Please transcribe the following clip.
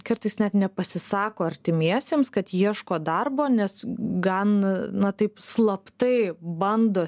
kartais net nepasisako artimiesiems kad ieško darbo nes gan na taip slaptai bando